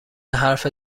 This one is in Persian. حرف